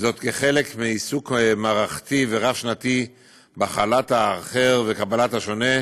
כחלק מעיסוק מערכתי ורב-שנתי בהכלת האחר וקבלת השונה,